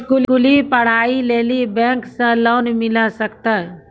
स्कूली पढ़ाई लेली बैंक से लोन मिले सकते?